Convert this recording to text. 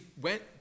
went